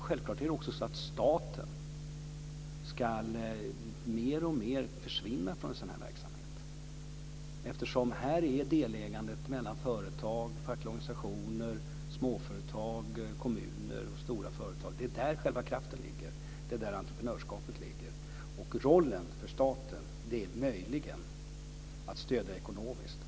Självklart ska staten också mer och mer försvinna från sådan här verksamhet, eftersom det är i delägandet mellan företag, fackliga organisationer, småföretag, kommuner och stora företag som själva kraften ligger. Det är där entreprenörskapet ligger. Rollen för staten är möjligen att stödja ekonomiskt.